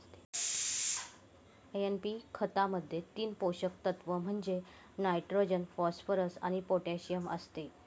NPK खतामध्ये तीन पोषक तत्व म्हणजे नायट्रोजन, फॉस्फरस आणि पोटॅशियम असते